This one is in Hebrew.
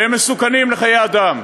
והם מסוכנים לחיי אדם.